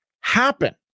happen